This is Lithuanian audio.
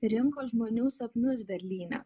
rinko žmonių sapnus berlyne